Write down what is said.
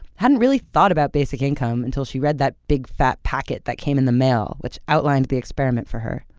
hadn't really thought about basic income until she read that big, fat packet that came in the mail which outlined the experiment for her.